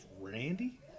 Randy